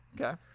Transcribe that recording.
Okay